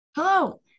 Hello